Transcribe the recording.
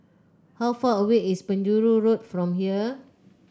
how far away is Penjuru Road from here